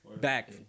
back